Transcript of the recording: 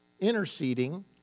interceding